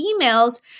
emails